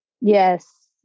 Yes